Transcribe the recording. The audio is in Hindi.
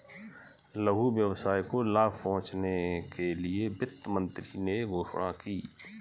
लघु व्यवसाय को लाभ पहुँचने के लिए वित्त मंत्री ने घोषणा की